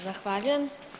Zahvaljujem.